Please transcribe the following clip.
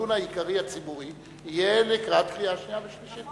והדיון הציבורי העיקרי יהיה לקראת הקריאה השנייה והשלישית,